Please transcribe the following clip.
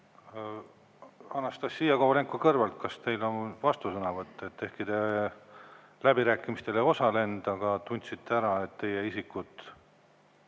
Anastassia Kovalenko-Kõlvart, kas teil on vastusõnavõtt? Te läbirääkimistel ei osalenud, aga tundsite ära, et teie isikut